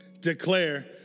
declare